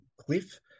cliff